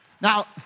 Now